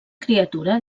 criatura